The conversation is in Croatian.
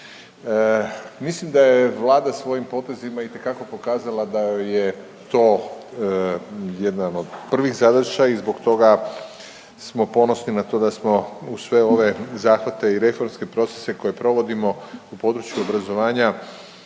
Mislim da je Vlada svojim potezima itekako pokazala da joj je to jedan od prvih zadaća i zbog toga smo ponosni na to da smo uz sve ove zahvate i reformske procese koje provodimo u području obrazovanja